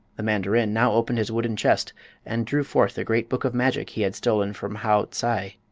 the mandarin now opened his wooden chest and drew forth the great book of magic he had stolen from haot-sai.